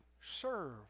serve